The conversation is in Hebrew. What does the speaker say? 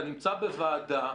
אתה נמצא בוועדה,